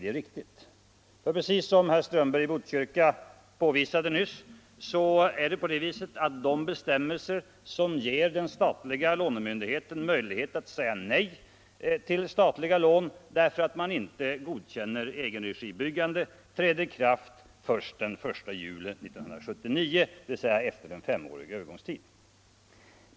Som herr Ström — marktilldelning vid berg i Botkyrka påvisade nyss träder nämligen de bestämmelser som = stora bostadsbyggger den statliga lånemyndigheten möjlighet att säga nej till statliga lån — nadsföretag därför att man inte godkänner egenregibyggande inte i kraft förrän den 1 juli 1979, dvs. efter en femårig övergångstid.